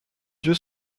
yeux